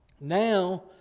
now